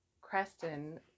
Creston